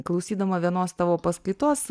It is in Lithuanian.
klausydama vienos tavo paskaitos